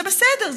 זה בסדר,